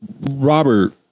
Robert